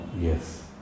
Yes